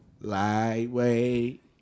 lightweight